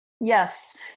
Yes